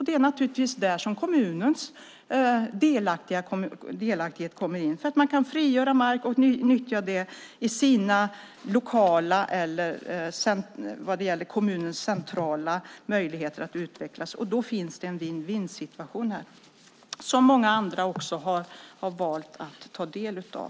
Det är naturligtvis där som kommunens delaktighet kommer in, alltså genom att mark kan frigöras och nyttjas lokalt eller avseende kommunens centrala möjligheter att utvecklas. Då finns här en win-win-situation som också många andra valt att ta del av.